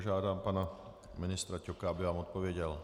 Požádám pana ministra Ťoka, aby vám odpověděl.